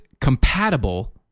compatible